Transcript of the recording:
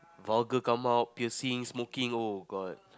vulgar come out piercing smoking oh god